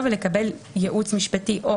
גם בית המשפט --- גם.